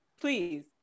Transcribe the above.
please